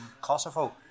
Kosovo